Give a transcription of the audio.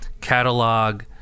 catalog